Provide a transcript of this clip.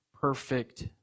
perfect